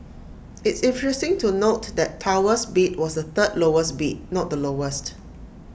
it's interesting to note that Tower's bid was the third lowest bid not the lowest